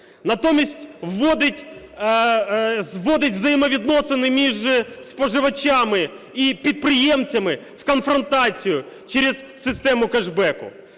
Натомість вводить у взаємовідносини між споживачами і підприємцями в конфронтацію через систему кешбеку,